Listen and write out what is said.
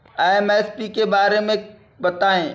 MSP के बारे में बतायें?